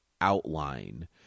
outline